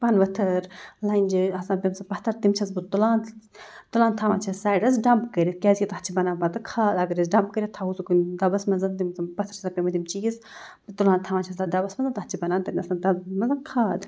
پَنہٕ ؤتھٕر لَنٛجہِ آسان پٮ۪مژٕ پَتھَر تِم چھَس بہٕ تُلان تُلان تھاوان چھَس سایڈَس ڈَمپ کٔرِتھ کیٛازِکہِ تَتھ چھِ بَنان پَتہٕ کھاد اگر أسۍ ڈَمپ کٔرِتھ تھاوو سُہ کُنہِ دۄبَس منٛز تِم زَن پَتھَر چھِ آسان پٮ۪مٕتۍ یِم چیٖز تُلان تھاوان چھَس دوٚبَس منٛز تَتھ چھِ بَنان تَتہِ نَسَن تَتھ مطلب کھاد